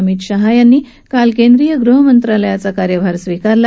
अमित शाह यांनी काल केंद्रीय गृह मंत्रालयाचा कार्यभार स्विकारला